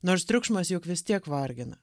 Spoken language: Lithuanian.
nors triukšmas juk vis tiek vargina